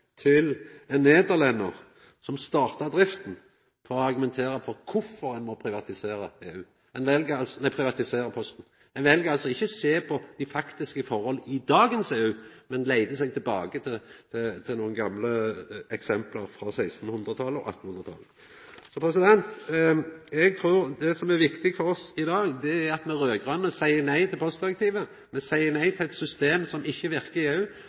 til ein dansk statthaldar som oppretta Posten, og til ein nederlendar som starta drifta – for å argumentera for kvifor ein må privatisera Posten. Ein vel altså ikkje å sjå på dei faktiske forholda i dagens EU, men leitar tilbake til nokre gamle eksempel frå 1600-talet og 1800-talet. Eg trur at det som er viktig for oss raud-grøne i dag, er at me seier nei til postdirektivet, me seier nei til eit system som ikkje verkar i EU.